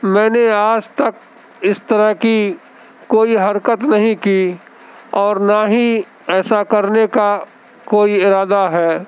میں نے آج تک اس طرح کی کوئی حرکت نہیں کی اور نہ ہی ایسا کرنے کا کوئی ارادہ ہے